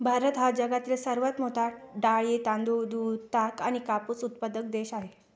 भारत हा जगातील सर्वात मोठा डाळी, तांदूळ, दूध, ताग आणि कापूस उत्पादक देश आहे